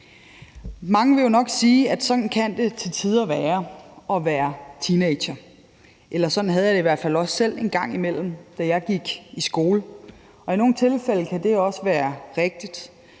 Mange vil jo nok sige, at sådan kan det til tider være at være teenager, eller sige, at sådan havde jeg det i hvert fald også selv en gang imellem, da jeg gik i skole. I nogle tilfælde kan det også være rigtigt.